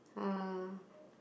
uh